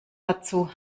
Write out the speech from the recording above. dazu